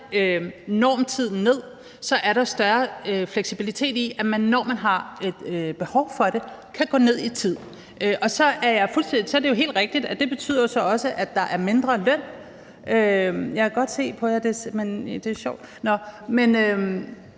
normtiden ned, er der større fleksibilitet i, at man, når man har behov for det, kan gå ned i tid. Og så er det jo helt rigtigt, at det så også betyder, at der er mindre løn. Det betyder, at i stedet